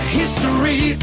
history